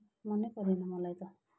मनैपरेन मलाई त